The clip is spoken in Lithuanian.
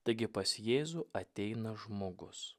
taigi pas jėzų ateina žmogus